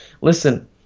Listen